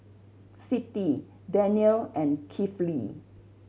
Siti Daniel and Kifli